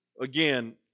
again